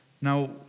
now